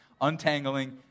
untangling